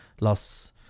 loss